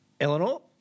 Eleanor